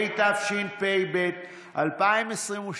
התשפ"ב 2022,